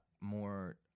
more